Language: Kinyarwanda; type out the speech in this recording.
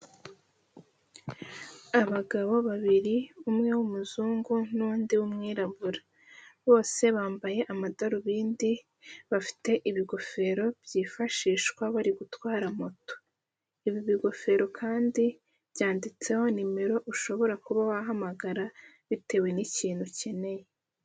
Abagabo babiri umwe w'umuzungu n'undi w'umwirabura, bose bambaye amadarubindi bafite ibigofero byifashishwa bari gutwara moto. Ibi bigofero kandi byanditseho nimero ushobora kuba wahamagara bitewe n'ikintu ukeneye.